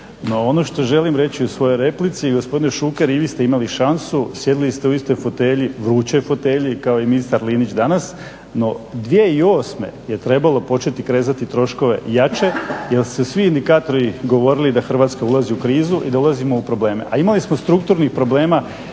ono što želim reći u replici gospodine Šuker i vi ste imali šansu, sjedili ste u istoj fotelji, vrućoj fotelji kao i ministar Linić danas, no 2008.je trebalo početi kresati troškove jače jel su svi indikatori govorili da Hrvatska ulazi u krizu i da ulazimo u probleme. A imali smo strukturnih problema